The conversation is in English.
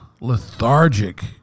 lethargic